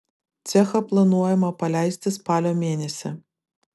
cechą planuojama paleisti spalio mėnesį